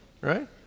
Right